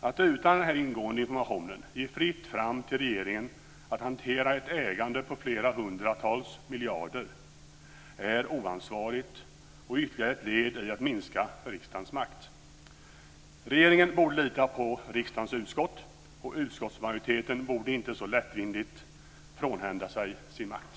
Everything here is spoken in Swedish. Att utan denna ingående information ge fritt fram till regeringen att hantera ett ägande på hundratals miljarder är oansvarigt och ytterligare ett led i att minska riksdagens makt. Regeringen borde lita på riksdagens utskott, och utskottsmajoriteten borde inte så lättvindigt frånhända sig sin makt.